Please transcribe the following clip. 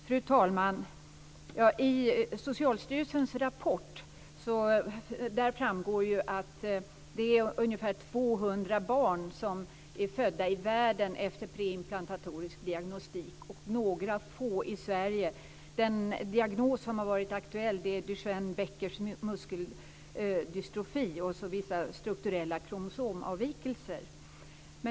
Fru talman! Av Socialstyrelsens rapport framgår att ungefär 200 barn är födda i världen efter preimplantatorisk diagnostik och några få i Sverige. Den diagnos som har varit aktuell är Duchennes/Beckers muskeldystrofi och vissa strukturella kromosomavvikelser.